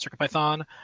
CircuitPython